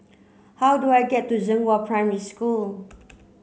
how do I get to Zhenghua Primary School